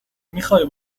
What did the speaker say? میخوای